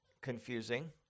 confusing